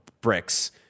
bricks